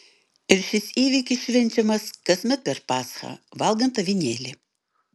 ir šis įvykis švenčiamas kasmet per paschą valgant avinėlį